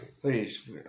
Please